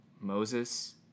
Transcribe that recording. Moses